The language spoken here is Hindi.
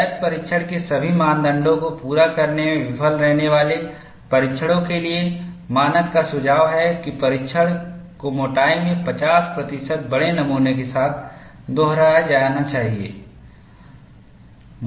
वैध परीक्षण के सभी मानदंडों को पूरा करने में विफल रहने वाले परीक्षणों के लिए मानक का सुझाव है कि परीक्षण को मोटाई में 50 प्रतिशत बड़े नमूने के साथ दोहराया जाना चाहिए